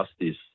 justice